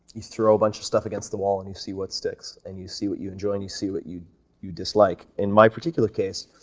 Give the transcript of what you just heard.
you throw a bunch of stuff against the wall and you see what sticks, and you see what you enjoy and you see what you you dislike. in my particular case,